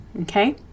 Okay